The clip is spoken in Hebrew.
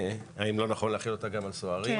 האם לא נכון להחיל אותה גם על סוהרים?